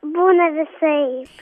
būna visaip